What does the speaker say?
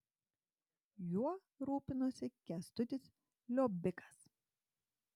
juo rūpinosi kęstutis liobikas